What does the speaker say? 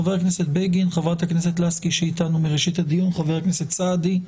חברת הכנסת לסקי וחבר הכנסת סעדי.